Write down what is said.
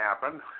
happen